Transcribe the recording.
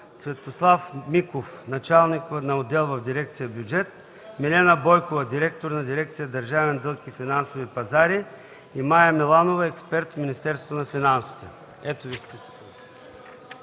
Светослав Миков – началник на отдел в дирекция „Бюджет”, Милена Бойкова – директор на дирекция „Държавен дълг и финансови пазари”, и Мая Миланова – експерт в Министерството на финансите. ПРЕДСЕДАТЕЛ